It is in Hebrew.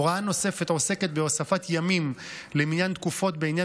הוראה נוספת עוסקת בהוספת ימים למניין תקופות בעניין